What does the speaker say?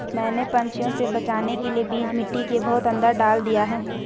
मैंने पंछियों से बचाने के लिए बीज मिट्टी के बहुत अंदर डाल दिए हैं